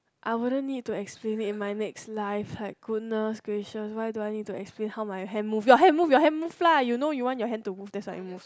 I wouldn't need to explain it in my next life like goodness gracious why do I need to explain how my hand move your hand move your hand move lah you know you want your hand to move that's why it moves